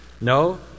No